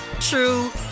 true